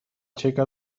checa